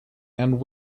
and